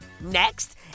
Next